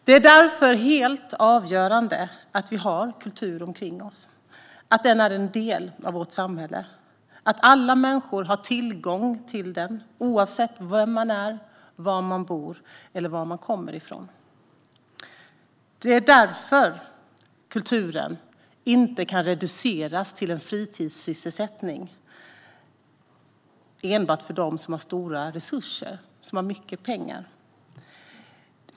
Det är därför helt avgörande att vi har kultur omkring oss, att den är en del av vårt samhälle och att alla människor har tillgång till den oavsett vem man är, var man bor eller varifrån man kommer. Det är därför kulturen inte kan reduceras till en fritidssysselsättning enbart för dem som har stora resurser och mycket pengar.